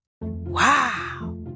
Wow